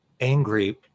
angry